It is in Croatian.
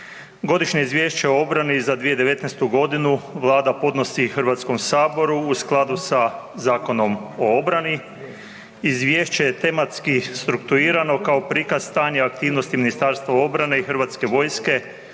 Godišnje izvješće o obrani za 2019.g. vlada podnosi HS-u u skladu sa Zakonom o obrani. Izvješće je tematski struktuirano kao prikaz stanja aktivnosti Ministarstva obrane i HV-a u